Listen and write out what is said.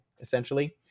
essentially